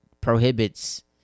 prohibits